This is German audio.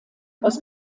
aus